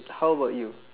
how about you